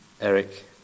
Eric